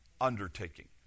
undertaking